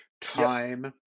time